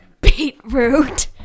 beetroot